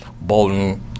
Bolton